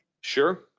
Sure